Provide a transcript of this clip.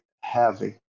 heavy